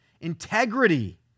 integrity